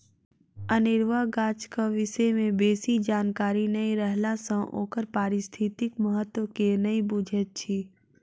अनेरुआ गाछक विषय मे बेसी जानकारी नै रहला सँ ओकर पारिस्थितिक महत्व के नै बुझैत छी